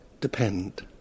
depend